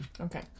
Okay